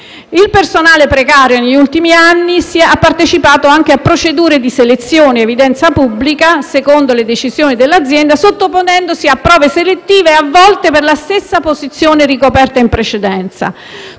Il personale precario negli ultimi anni ha partecipato anche a procedure di selezione ad evidenza pubblica secondo le decisioni dell'azienda, sottoponendosi a prove selettive, a volte per la stessa posizione ricoperta in precedenza.